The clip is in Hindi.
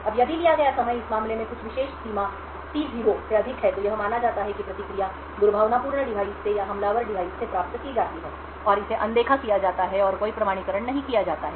अब यदि लिया गया समय इस मामले में कुछ विशेष सीमा T0 से अधिक है तो यह माना जाता है कि प्रतिक्रिया दुर्भावनापूर्ण डिवाइस से या हमलावर डिवाइस से प्राप्त की जाती है और इसे अनदेखा किया जाता है और कोई प्रमाणीकरण नहीं किया जाता है